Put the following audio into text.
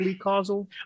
causal